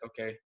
okay